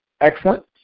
Excellent